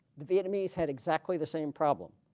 the vietnamese had exactly the same problem.